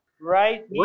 right